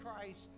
Christ